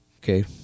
Okay